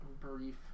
brief